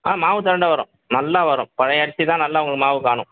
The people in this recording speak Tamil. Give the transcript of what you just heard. ஆ மாவு திரண்டு வரும் நல்லா வரும் பழைய அரிசிதான் நல்லா உங்களுக்கு மாவு காணும்